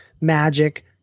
magic